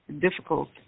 difficult